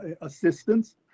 assistance